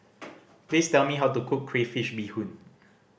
please tell me how to cook crayfish beehoon